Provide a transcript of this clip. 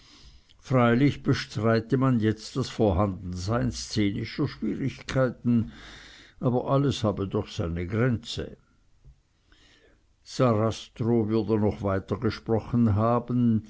freilich bestreite man jetzt das vorhandensein szenischer schwierigkeiten aber alles habe doch seine grenze sarastro würde noch weitergesprochen haben